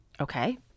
Okay